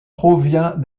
provient